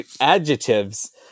adjectives